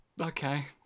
Okay